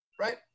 right